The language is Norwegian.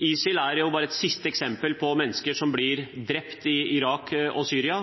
ISIL er bare et siste eksempel på at mennesker blir drept i Irak og Syria